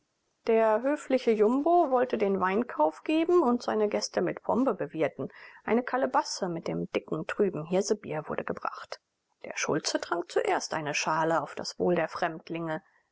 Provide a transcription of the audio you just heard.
der höfliche jumbo wollte den weinkauf geben und seine gäste mit pombe bewirten eine kalebasse mit dem dicken trüben hirsebier wurde gebracht der schulze trank zuerst eine schale auf das wohl der fremdlinge